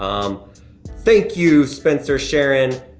um thank you, spencer sharon,